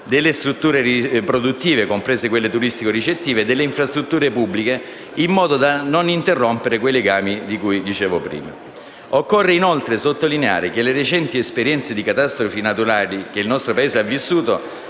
delle strutture produttive (comprese quelle turistico-ricettive) e delle infrastrutture pubbliche, in modo da non interrompere quei legami di cui dicevo prima. Occorre inoltre sottolineare che le recenti esperienze di catastrofi naturali che il nostro Paese ha vissuto,